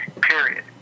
Period